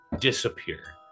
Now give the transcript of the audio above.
disappear